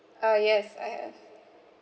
ah yes I have